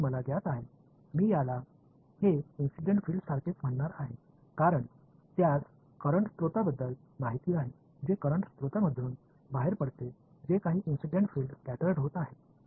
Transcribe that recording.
तर हे मला ज्ञात आहे मी याला हे इंसीडन्ट फिल्डसारखेच म्हणणार आहे कारण त्यास करंट स्त्रोताबद्दल माहिती आहे जे करंट स्त्रोतामधून बाहेर पडते जे काही इंसीडन्ट फिल्ड स्कॅटर्ड होत आहे